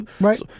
right